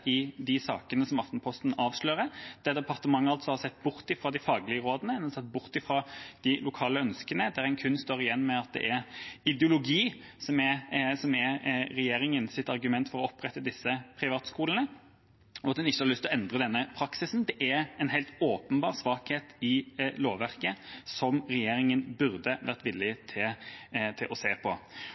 i de sakene som Aftenposten har avslørt. Departementet har sett bort fra de faglige rådene og de lokale ønskene, og en står igjen med at det er kun ideologi som er regjeringas argument for å opprette disse privatskolene, og at en ikke har lyst til å endre denne praksisen. Det er en helt åpenbar svakhet i lovverket, som regjeringa burde være villig til å se på.